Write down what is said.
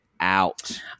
out